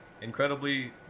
incredibly